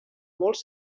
molts